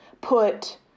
put